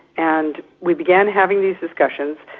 and we began having these discussions.